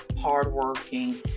hardworking